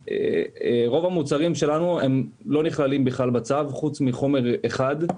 רוב המוצרים שלנו לא נכללים בכלל בצו חוץ מחומר אחד,